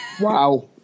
Wow